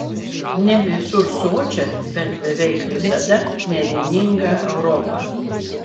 ne visur sočią bet beveik visada nevieningą europą